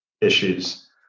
issues